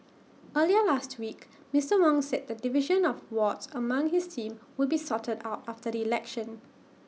earlier last week Mister Wong said the division of wards among his team will be sorted out after the election